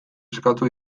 eskatu